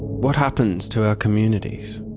what happens to our communities,